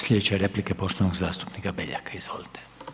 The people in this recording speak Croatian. Slijedeće replike poštovanog zastupnika Beljaka, izvolite.